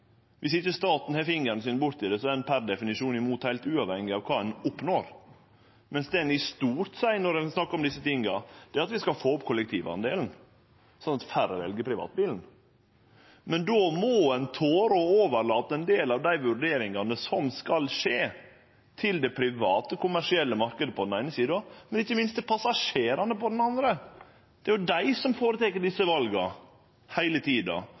ikkje staten har fingeren sin borti det, er ein per definisjon imot, heilt uavhengig av kva ein oppnår, mens det ein i stort seier når ein snakkar om desse tinga, er at vi skal få opp kollektivdelen, slik at færre vel privatbilen. Men då må ein tore å overlate ein del av dei vurderingane som skal skje, til den private, kommersielle marknaden på den eine sida, men ikkje minst – på den andre sida – til passasjerane. Det er dei som tek desse vala heile tida